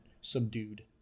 subdued